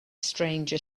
stranger